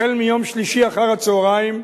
החל מיום שלישי אחר הצהריים,